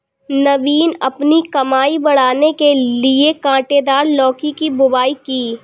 नवीन अपनी कमाई बढ़ाने के लिए कांटेदार लौकी की बुवाई की